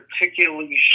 particularly